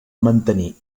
mantenir